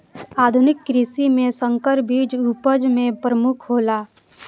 आधुनिक कृषि में संकर बीज उपज में प्रमुख हौला